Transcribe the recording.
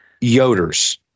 Yoder's